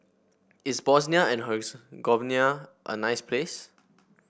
is Bosnia and Herzegovina a nice place